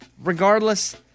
regardless